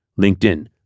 LinkedIn